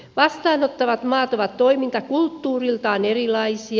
vastaanottavat maat ovat toimintakulttuuriltaan erilaisia